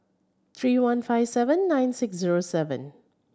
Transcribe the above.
three one five seven nine six zero seven